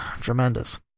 tremendous